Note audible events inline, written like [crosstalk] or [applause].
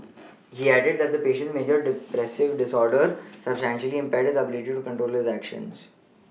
[noise] he added that his patient's major depressive disorder substantially impaired his ability to control his actions